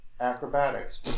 acrobatics